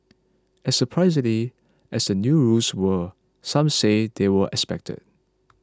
as surprising as the new rules were some say they were expected